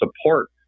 support